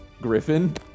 Griffin